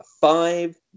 five